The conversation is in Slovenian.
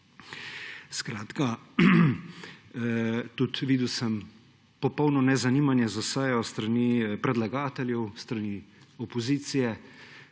Skratka, tudi videl sem popolno nezanimanje za sejo s strani predlagateljev, s strani opozicije,